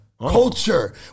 culture